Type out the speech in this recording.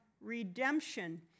redemption